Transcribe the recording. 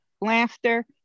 laughter